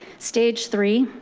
stage three,